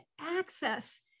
access